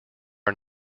are